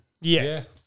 Yes